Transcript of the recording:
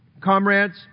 comrades